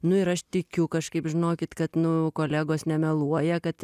nu ir aš tikiu kažkaip žinokit kad nu kolegos nemeluoja kad